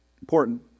important